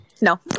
No